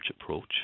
approach